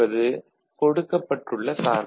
B FAB ≠ FDAB இங்கு F என்பது கொடுக்கப்பட்டுள்ள சார்பு